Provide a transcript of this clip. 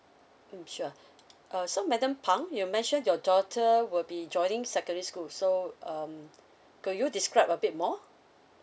mm sure uh so madam phang you mention your daughter will be joining secondary school so um could you describe a bit more